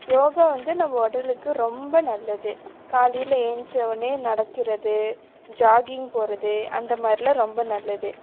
யோகா வந்து நம்ம உடலுக்கு ரொம்ப நல்லது காலையில் ஏழுஞ்ச உடனே நடக்கிறது ஜாகிங் போகிறது அந்த மாதிரிலாம் ரொம்ப நல்லது